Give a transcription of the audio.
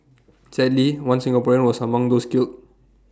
sadly one Singaporean was among those killed